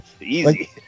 Easy